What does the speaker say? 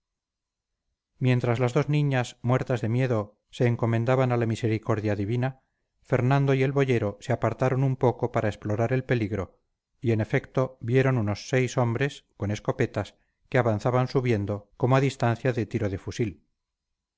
mientras las dos niñas muertas de miedo se encomendaban a la misericordia divina fernando y el boyero se apartaron un poco para explorar el peligro y en efecto vieron unos seis hombres con escopetas que avanzaban subiendo como a distancia de tiro de fusil